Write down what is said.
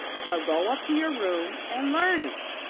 so go up to your room and learn it.